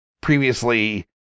previously